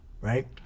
right